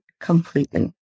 completely